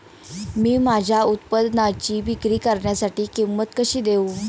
मी माझ्या उत्पादनाची विक्री करण्यासाठी किंमत कशी देऊ?